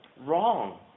wrong